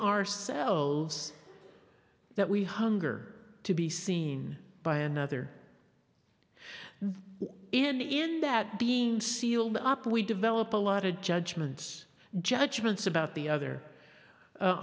ourselves that we hunger to be seen by another in that being sealed up we develop a lot of judgments judgments about the other